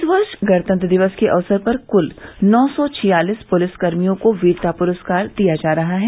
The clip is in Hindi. इस वर्ष गणतंत्र दिवस के अवसर पर कुल नौ सौ छियालिस पुलिस कर्मियों को वीरता पुरस्कार दिया जा रहा है